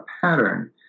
pattern